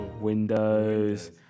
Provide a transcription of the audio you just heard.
Windows